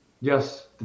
yes